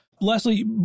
Leslie